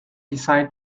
decide